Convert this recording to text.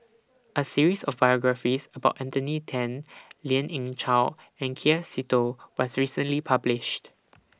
A series of biographies about Anthony Then Lien Ying Chow and K F Seetoh was recently published